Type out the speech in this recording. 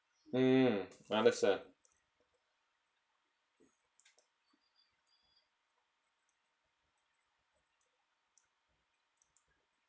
mm understand